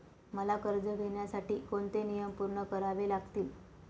मला कर्ज घेण्यासाठी कोणते नियम पूर्ण करावे लागतील?